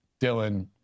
Dylan